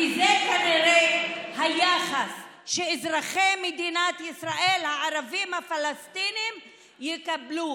כי זה כנראה היחס שאזרחי מדינת ישראל הערבים הפלסטינים יקבלו.